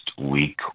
week